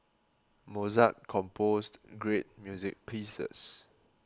Mozart composed great music pieces